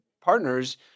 partners